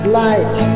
light